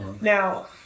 Now